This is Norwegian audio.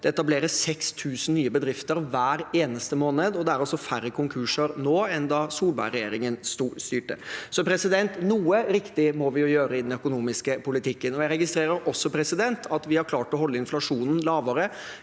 det etableres 6 000 nye bedrifter hver eneste måned, og det er færre konkurser nå enn da Solberg-regjeringen styrte, så noe riktig må vi jo gjøre i den økonomiske politikken. Jeg registrerer at vi har klart å holde inflasjonen lavere